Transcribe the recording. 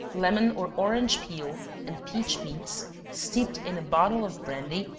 lemon or orange peel, and peach meats, steeped in a bottle of brandy,